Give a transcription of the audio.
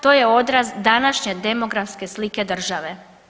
To je odraz današnje demografske slike države.